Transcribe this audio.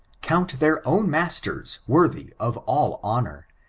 count their own masters worthy of all honor,